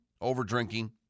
over-drinking